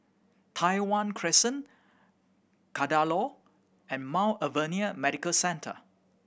Tai Hwan Crescent Kadaloor and Mount Alvernia Medical Centre